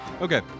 Okay